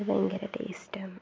അത് ഭയങ്കര ടേസ്റ്റാന്ന്